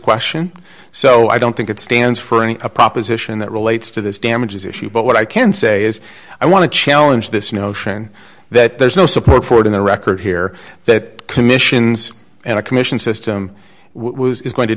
question so i don't think it stands for a proposition that relates to this damages issue but what i can say is i want to challenge this notion that there's no support for it in the record here that commissions and a commission system is going to